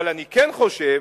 אבל אני כן חושב